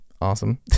awesome